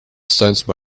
sense